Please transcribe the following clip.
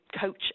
coach